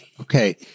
Okay